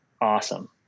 awesome